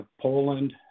Poland